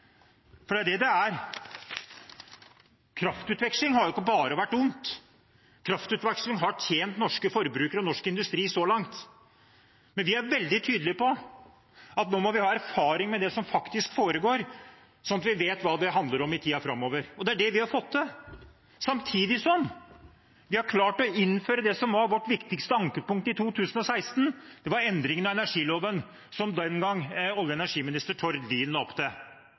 for det er det det gjør. Kraftutveksling har jo ikke bare vært dumt; kraftutveksling har tjent norske forbrukere og norsk industri så langt. Men vi er veldig tydelige på at nå må vi ha erfaring med det som faktisk foregår, sånn at vi vet hva det handler om i tiden framover – og det er det vi har fått til, samtidig som vi har klart å innføre det som var vårt viktigste ankepunkt i 2016, endringen i energiloven som den gangens olje- og energiminister Tord Lien la opp til.